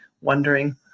wondering